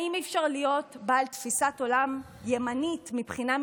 האם אי-אפשר להיות בעל תפיסת עולם ימנית מבחינה מדינית,